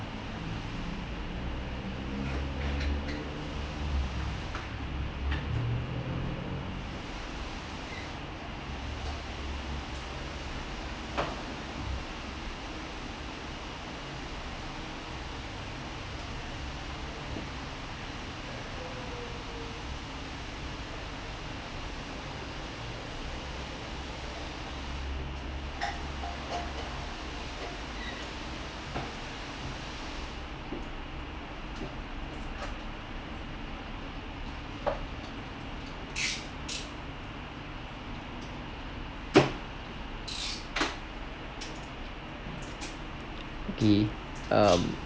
gee um